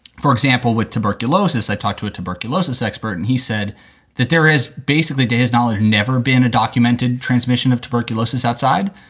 for example, with tuberculosis, i talked to a tuberculosis expert and he said that there is basically, to his knowledge, never been a documented transmission of tuberculosis outside,